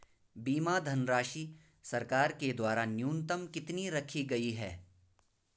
बीमा धनराशि सरकार के द्वारा न्यूनतम कितनी रखी गई है?